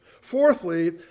Fourthly